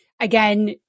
again